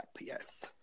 Yes